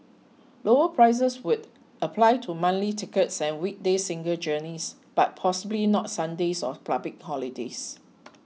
lower prices would apply to monthly tickets and weekday single journeys but possibly not Sundays or public holidays